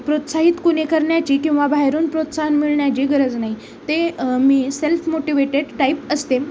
प्रोत्साहित कुणी करण्याची किंवा बाहेरून प्रोत्साहन मिळण्याची गरज नाही ते मी सेल्फ मोटिवेटेड टाईप असते